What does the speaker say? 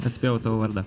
atspėjau tavo vardą